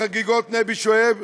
בחגיגות נבי שועייב,